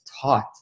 taught